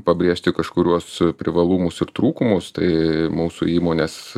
pabrėžti kažkuriuos privalumus ir trūkumus tai mūsų įmonės